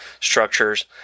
structures